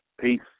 Peace